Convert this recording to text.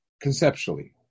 conceptually